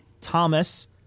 Thomas